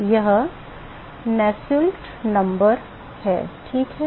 यह Nusselt number है ठीक है